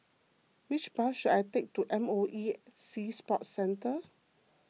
which bus should I take to M O E Sea Sports Centre